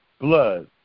blood